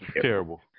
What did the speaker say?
Terrible